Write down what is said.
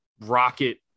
rocket